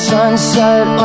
Sunset